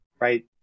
right